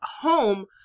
home